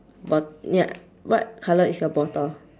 what ya what colour is your bottle